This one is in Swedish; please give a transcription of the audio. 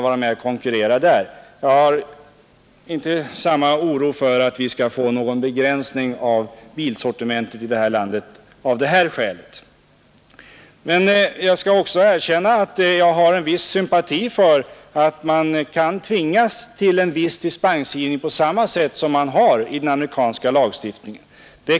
Jag hyser inte samma oro som kerr Hansson i Skegrie för att det skall bli någon begränsning av bilsortimentet här i landet av det skälet. Men jag skall också tillägga att jag kan tänka mig att man tvingas till viss dispensgivning ungefär på samma sätt som är fallet i den amerikanska lagstiftningen.